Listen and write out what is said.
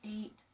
eight